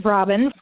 Robin